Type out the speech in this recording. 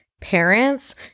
parents